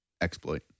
exploit